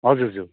हजुर हजुर